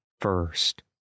first